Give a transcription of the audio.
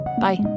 Bye